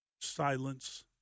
Silence